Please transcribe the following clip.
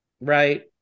Right